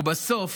ובסוף